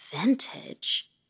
Vintage